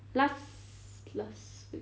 last last week